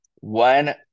one